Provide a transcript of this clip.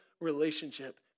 relationship